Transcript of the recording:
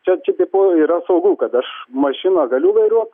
čia tipo yra saugu kad aš mašiną galiu vairuoti